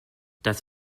das